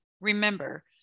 remember